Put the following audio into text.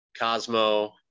Cosmo